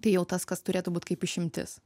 tai jau tas kas turėtų būt kaip išimtis